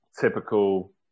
typical